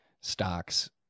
stocks